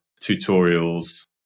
tutorials